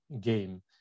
game